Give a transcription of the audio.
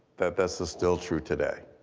that this is still true today.